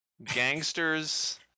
gangsters